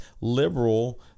liberal